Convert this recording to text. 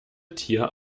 tier